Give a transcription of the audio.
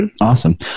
Awesome